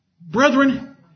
Brethren